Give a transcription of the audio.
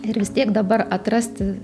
ir vis tiek dabar atrasti